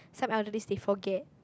some elderly they forget